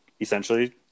Essentially